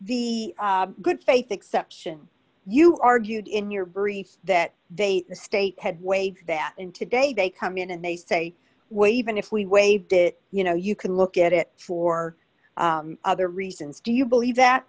e good faith exception you argued in your briefs that they the state had waived that and today they come in and they say wavin if we waived it you know you can look at it for other reasons do you believe that